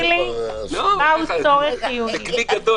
מהו צורך חיוני?